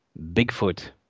Bigfoot